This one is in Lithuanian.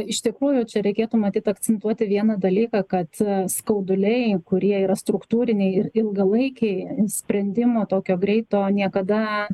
iš tikrųjų čia reikėtų matyt akcentuoti vieną dalyką kad skauduliai kurie yra struktūriniai ir ilgalaikiai sprendimo tokio greito niekada